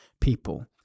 people